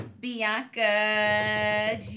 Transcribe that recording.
Bianca